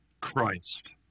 Christ